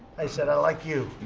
i said, i like you.